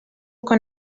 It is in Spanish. con